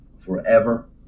forever